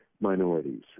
minorities